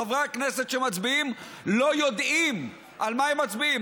חברי הכנסת שמצביעים לא יודעים על מה הם מצביעים.